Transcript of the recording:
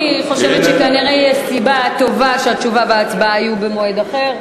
אני חושבת שכנראה יש סיבה טובה שהתשובה וההצבעה יהיו במועד אחר.